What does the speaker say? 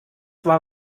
war